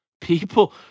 People